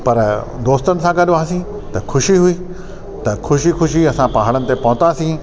पर दोस्तनि सां गॾु हुआसीं त खुशी हुई त खुशी खुशी असां पहाड़नि ते पहुंतासीं